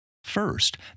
First